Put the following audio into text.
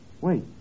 Wait